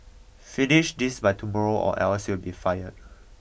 finish this by tomorrow or else you'll be fired